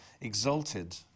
exalted